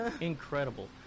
incredible